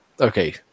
Okay